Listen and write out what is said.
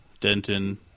Denton